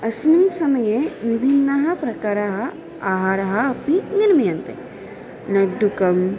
अस्मिन् समये विभिन्नः प्रकरः आहारः अपि निर्मीयन्ते लड्डुकम्